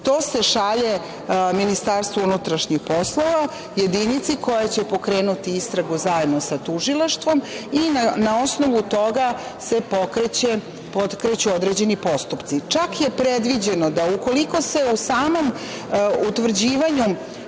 to se šalje Ministarstvu unutrašnjih poslova, jedinici koja će pokrenuti istragu zajedno sa tužilaštvom i na osnovu toga se pokreću određeni postupci. Čak je predviđeno da ukoliko se u samom utvrđivanju